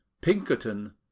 Pinkerton